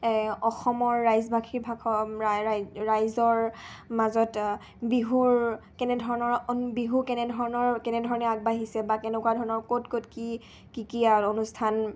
অসমৰ ৰাইজবাসীৰ ভাষ ৰাইজৰ মাজত বিহুৰ কেনেধৰণৰ বিহু কেনেধৰণৰ কেনেধৰণে আগবাঢ়িছে বা কেনেকুৱা ধৰণৰ ক'ত ক'ত কি কি কি আৰু অনুষ্ঠান